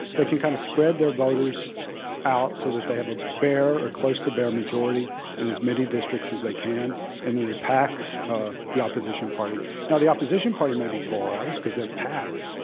they can kind of spread their voters out so that they have a bare or close to bare majority in as many districts as they can, and then they pack ah the opposition party now, the opposition party may be polarized because they're packed,